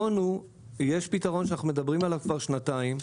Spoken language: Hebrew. יש פתרון שאנחנו מדברים עליו כבר שנתיים,